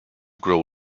grow